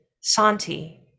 Santi